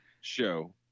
show